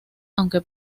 aunque